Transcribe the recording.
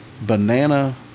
banana